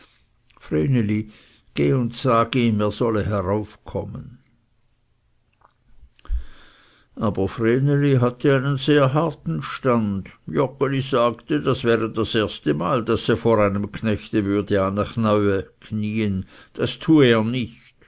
und sag ihm er solle heraufkommen aber vreneli hatte einen sehr harten stand joggeli sagte das wäre das erstemal daß er vor einem knecht würde anekneue das tue er nicht